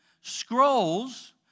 scrolls